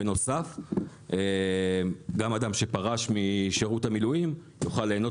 בנוסף גם אדם שפרש משירות המילואים יוכל להנות